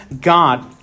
God